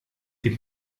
die